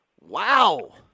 Wow